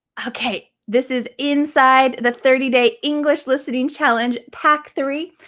okay, this is inside the thirty day english listening challenge pack three.